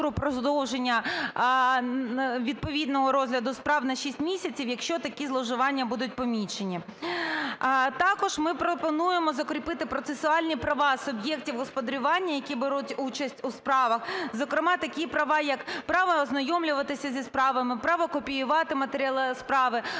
продовження відповідного розгляду справ а 6 місяці в, якщо такі зловживання будуть помічені. Також ми пропонуємо закріпити процесуальні права суб'єктів господарювання, які беруть участь у справах. Зокрема, такі права, як право ознайомлюватися зі справами; право копіювати матеріали справи;